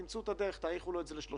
תמצאו את הדרך אם זה להאריך לו את זה ל-30,